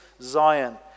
Zion